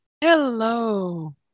Hello